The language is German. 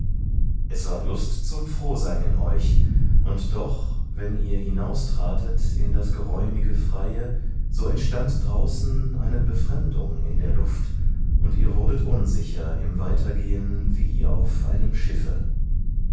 es war lust zum frohsein in euch und doch wenn ihr hinaustratet in das geräumige freie so entstand draußen eine befremdung in der luft und ihr wurdet unsicher im weitergehen wie auf einem schiffe